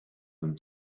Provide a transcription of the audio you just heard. them